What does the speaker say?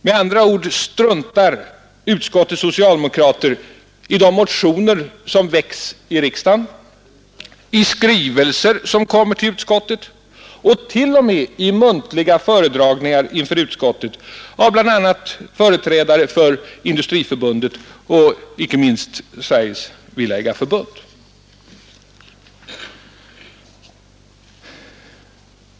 Med andra ord struntar utskottets socialdemokrater i motioner som väcks i riksdagen, i skrivelser som kommer till utskottet och t.o.m. i muntliga föredragningar inför utskottet av bl.a. företrädare för Industriförbundet och, inte minst, Sveriges villaägareförbund.